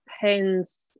depends